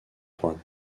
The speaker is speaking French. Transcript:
froide